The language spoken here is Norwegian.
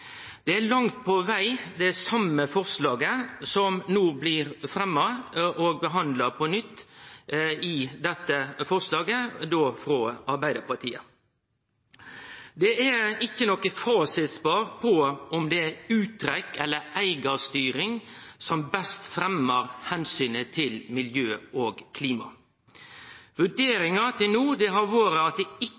Det er langt på veg det same forslaget som no blir fremja og behandla på nytt med dette forslaget, no frå Arbeidarpartiet. Det er ikkje noko fasitsvar på om det er uttrekk eller eigarstyring som best fremjar omsynet til miljø og klima. Vurderinga har til no vore at det ikkje